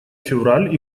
февраль